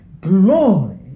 glory